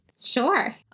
Sure